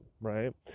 right